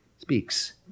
speaks